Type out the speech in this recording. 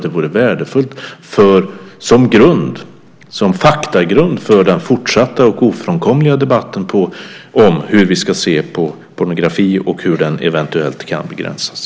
Den vore värdefull som faktagrund för den fortsatta och ofrånkomliga debatten om hur vi ska se på pornografi och hur den eventuellt kan begränsas.